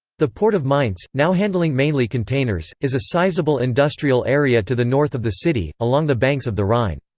the port of mainz, now handling mainly containers, is a sizable industrial area to the north of the city, along the banks of the rhine.